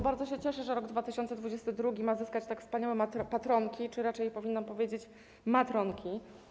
Bardzo się cieszę, że rok 2022 ma zyskać tak wspaniałe patronki, czy raczej - tak powinnam powiedzieć - matronki.